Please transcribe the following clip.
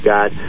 God